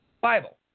Bible